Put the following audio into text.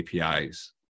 APIs